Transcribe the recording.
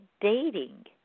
dating